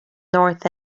north